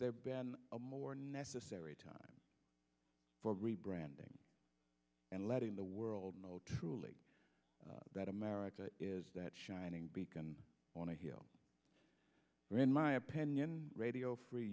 there been a more necessary time for rebranding and letting the world know truly that america is that shining beacon on a hill in my opinion radio free